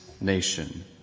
nation